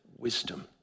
wisdom